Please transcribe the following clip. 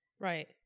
Right